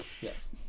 Yes